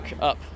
up